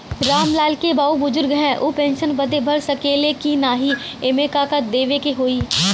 राम लाल के बाऊ बुजुर्ग ह ऊ पेंशन बदे भर सके ले की नाही एमे का का देवे के होई?